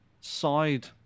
side